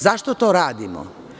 Zašto to radimo?